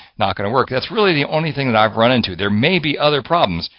not going to work. that's really the only thing, that i've run into, there may be other problems.